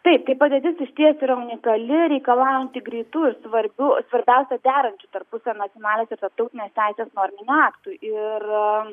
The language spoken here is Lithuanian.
taip tai padėtis išties yra unikali reikalaujanti greitų svarbių svarbiausia derančių tarpusavyje nacionalinės ir tarptautinės teisės norminių aktų ir